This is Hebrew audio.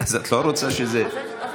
אז את לא רוצה שזה יידון.